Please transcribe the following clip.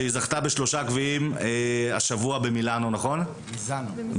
שהיא זכתה בשלושה גביעים השבוע במיזאנו, באיטליה.